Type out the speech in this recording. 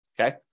okay